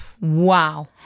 Wow